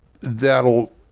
that'll